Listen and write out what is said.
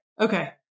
okay